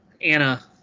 anna